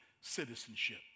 citizenship